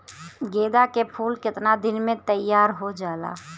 गेंदा के फूल केतना दिन में तइयार हो जाला?